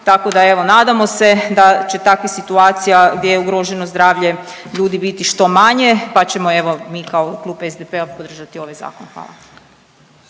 tako da evo nadamo se da će takvih situacija gdje je ugroženo zdravlje ljudi biti što manje, pa ćemo evo mi kao Klub SDP-a podržati ovaj zakon, hvala.